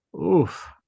oof